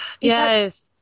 Yes